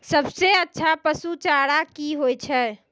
सबसे अच्छा पसु चारा की होय छै?